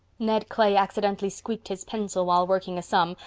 ned clay accidentally squeaked his pencil while working a sum,